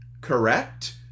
correct